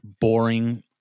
boring